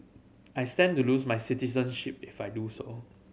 I stand to lose my citizenship if I do so